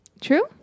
True